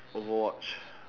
overwatch